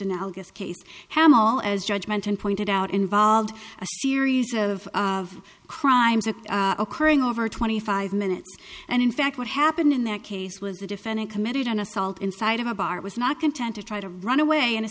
analogous case hamel as judgment and pointed out involved a series of of crimes that occurring over twenty five minutes and in fact what happened in that case was the defendant committed an assault inside of a bar was not content to try to run away and